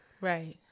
right